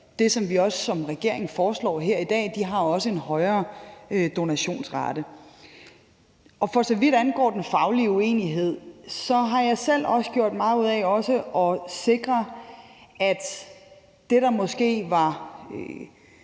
det, som vi som regering foreslår her i dag, også har en højere donationsrate. Så vidt angår den faglige uenighed, har jeg selv gjort meget ud af også at sikre, at det, der måske var